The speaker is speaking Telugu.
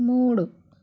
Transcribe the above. మూడు